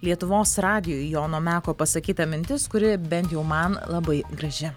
lietuvos radijui jono meko pasakyta mintis kuri bent jau man labai graži